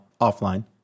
offline